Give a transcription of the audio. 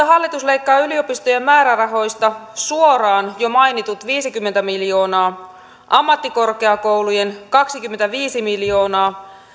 hallitus leikkaa yliopistojen määrärahoista suoraan jo mainitut viisikymmentä miljoonaa ammattikorkeakoulujen määrärahoista kaksikymmentäviisi miljoonaa